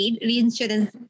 reinsurance